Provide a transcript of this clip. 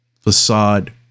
facade